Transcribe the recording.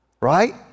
right